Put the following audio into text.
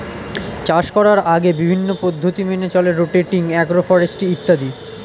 চাষ করার আগে বিভিন্ন পদ্ধতি মেনে চলে রোটেটিং, অ্যাগ্রো ফরেস্ট্রি ইত্যাদি